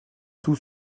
tout